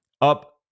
up